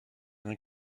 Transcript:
rien